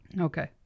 okay